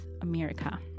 america